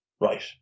Right